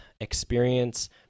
experience